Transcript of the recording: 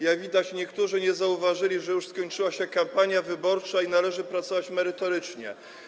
Jak widać, niektórzy nie zauważyli, że już skończyła się kampania wyborcza i należy pracować merytorycznie.